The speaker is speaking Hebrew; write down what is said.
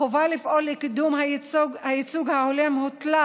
החובה לפעול לקידום הייצוג ההולם הוטלה